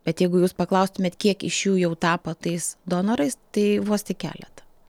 bet jeigu jūs paklaustumėt kiek iš jų jau tapo tais donorais tai vos tik keleta